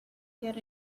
get